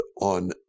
on